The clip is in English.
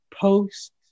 post